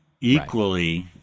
Equally